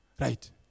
Right